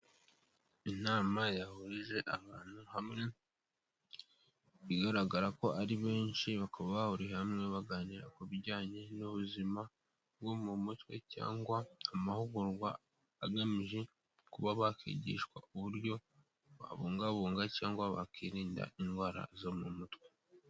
Inama yahurije abantu hamwe, bigaragara ko ari benshi bakaba bahuriye hamwe baganira ku bijyanye n'ubuzima, bwo mu mutwe cyangwa amahugurwa agamije kuba bakigishwa uburyo babungabunga cyangwa bakirinda indwara zo mu mutwe.